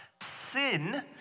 Sin